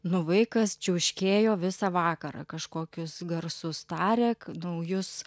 nu vaikas čiauškėjo visą vakarą kažkokius garsus taria naujus